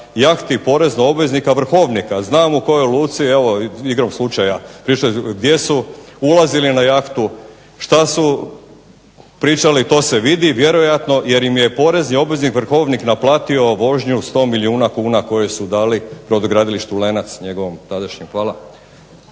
jahti poreznog obveznika Vrhovnika, znamo u kojoj luci, evo igrom slučaja piše gdje su ulazili na jahtu, šta su pričali to se vidi vjerojatno jer im je porezni obveznik Vrhovnik naplatio vožnju 100 milijuna kuna koje su dali brodogradilištu Lenac, njegovom tadašnjem. Hvala.